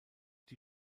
die